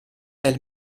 elle